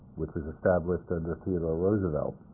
which was established under theodore roosevelt.